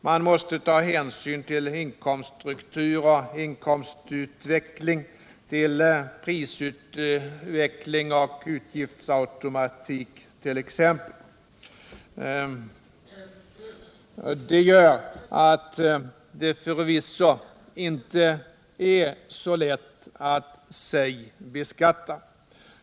Man måste t.ex. ta hänsyn till inkomststruktur och inkomstutveckling, till prisutveckling och utgiftsautomatik. Detta gör att det förvisso inte är så lätt att sig själv beskatta.